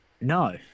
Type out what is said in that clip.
no